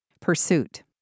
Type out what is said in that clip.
Pursuit